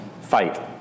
fight